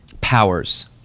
powers